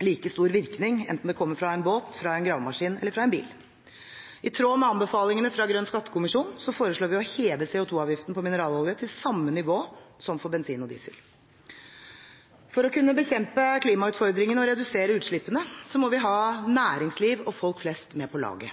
like stor skadevirkning om den kommer fra en båt, gravemaskin eller bil. I tråd med anbefalingene fra Grønn skattekommisjon foreslår vi å heve CO 2 -avgiften på mineralolje til samme nivå som for bensin og diesel. For å kunne bekjempe klimautfordringen og redusere utslippene må vi ha næringsliv og folk flest med på laget.